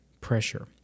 pressure